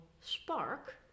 spark